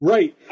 Right